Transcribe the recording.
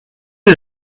you